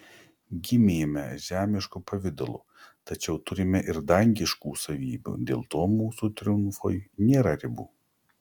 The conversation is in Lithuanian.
gimėme žemišku pavidalu tačiau turime ir dangiškų savybių dėl to mūsų triumfui nėra ribų